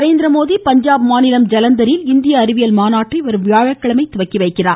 நரேந்திரமோடி பஞ்சாப் மாநிலம் ஜலந்தரில் இந்திய அறிவியல் மாநாட்டை வரும் வியாழக்கிழமை தொடங்கி வைக்கிறார்